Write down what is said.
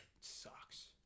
sucks